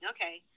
Okay